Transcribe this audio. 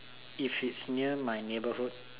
if it's near my neighbourhood